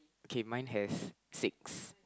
okay mine has six